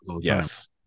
Yes